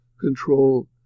control